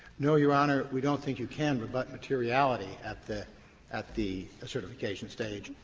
no, your honor, we don't think you can rebut materiality at the at the certification stage.